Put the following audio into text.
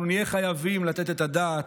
אנחנו נהיה חייבים לתת את הדעת,